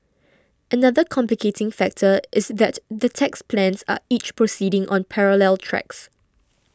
another complicating factor is that the tax plans are each proceeding on parallel tracks